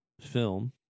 film